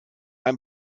ein